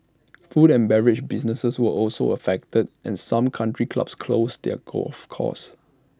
food and beverage businesses were also affected and some country clubs closed their golf courses